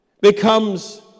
becomes